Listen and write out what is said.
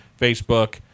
Facebook